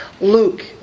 Luke